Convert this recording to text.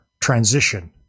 transition